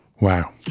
Wow